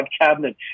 cabinet